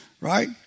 right